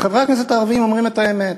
וחברי הכנסת הערבים אומרים את האמת,